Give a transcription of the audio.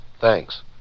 Thanks